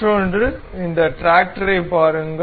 மற்றொன்று இந்த டிராக்டரைப் பாருங்கள்